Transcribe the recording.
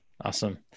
Awesome